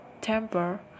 temper